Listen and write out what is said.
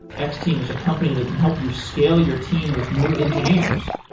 x-team is a company that can help you scale your team with new engineers.